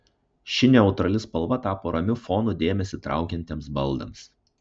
ši neutrali spalva tapo ramiu fonu dėmesį traukiantiems baldams